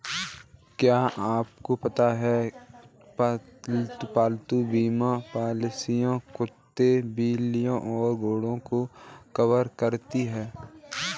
क्या आपको पता है पालतू बीमा पॉलिसियां कुत्तों, बिल्लियों और घोड़ों को कवर करती हैं?